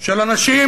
של אנשים,